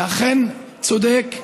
זה אכן צודק.